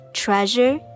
treasure